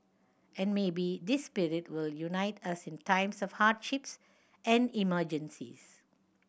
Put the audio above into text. and maybe this spirit will unite us in times of hardships and emergencies